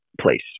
place